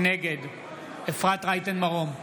נגד אפרת רייטן מרום,